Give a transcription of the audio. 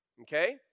okay